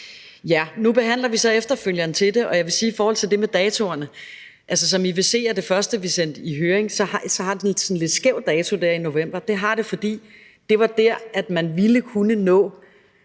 Ja, nu behandler vi så efterfølgeren til det, og jeg vil sige i forhold til det med datoerne, at som I vil se af det første, vi sendte i høring, så har det sådan en lidt skæv dato dér i november, og det har det, fordi det var det første tidspunkt, man ville kunne nå